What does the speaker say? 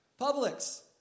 Publix